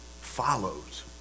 follows